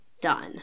done